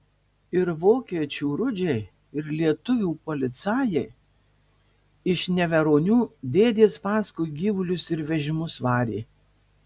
ir vokiečių rudžiai ir lietuvių policajai iš neveronių dėdės paskui gyvulius ir vežimus varė